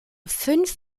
fünf